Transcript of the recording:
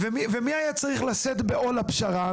מי היה צריך לשאת בעול הפשרה?